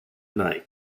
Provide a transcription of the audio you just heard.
night